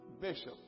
Bishop